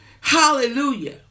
Hallelujah